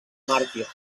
màrtirs